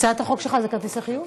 הצעת החוק שלך זה כרטיסי חיוב?